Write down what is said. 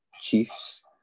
chiefs